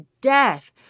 death